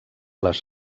les